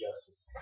Justice